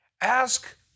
Ask